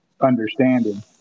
understanding